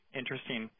interesting